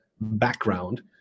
background